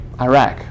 Iraq